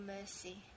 mercy